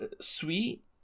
Sweet